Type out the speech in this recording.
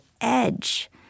edge